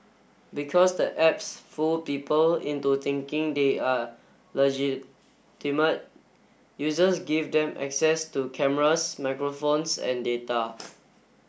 because the apps fool people into thinking they are legitimate users give them access to cameras microphones and data